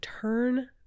turn